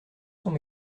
sont